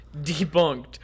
debunked